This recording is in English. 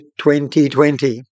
2020